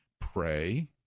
pray